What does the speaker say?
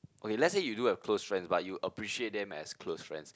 okay let's say you do have close friends but you appreciate them as close friends